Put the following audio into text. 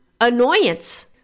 annoyance